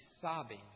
sobbing